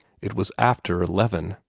it was after eleven.